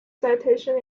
citation